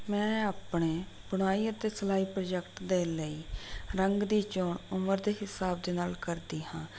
ਮੈਂ ਆਪਣੇ ਬੁਣਾਈ ਅਤੇ ਸਿਲਾਈ ਪ੍ਰੋਜੈਕਟ ਦੇ ਲਈ ਰੰਗ ਦੀ ਚੋਣ ਉਮਰ ਦੇ ਹਿਸਾਬ ਦੇ ਨਾਲ ਕਰਦੀ ਹਾਂ